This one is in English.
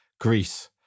Greece